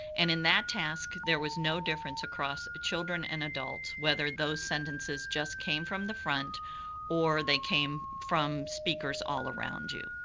and in that task there was no difference across children and adults whether those sentences just came from the front or they came from speakers all around you.